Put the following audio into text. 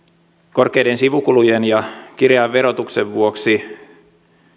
korkeiden sivukulujen ja kireän verotuksen vuoksi